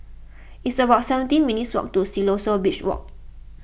it's about seventeen minutes' walk to Siloso Beach Walk